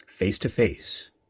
face-to-face